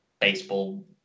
baseball